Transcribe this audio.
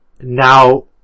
now